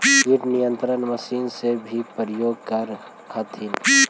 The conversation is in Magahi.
किट नियन्त्रण मशिन से भी उपयोग कर हखिन?